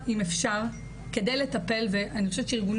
כי מהתשובות שאני שומעת זה לא